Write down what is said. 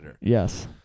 Yes